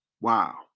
wow